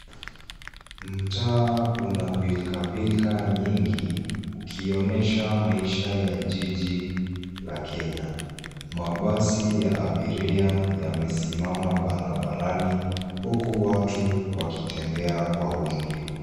Mtaa una pilkapilka nyingi ukionyesha maisha ya jiji la Kenya. Mabasi ya abiria yamesimama barabarani huku watu wakitembea kwa wingi.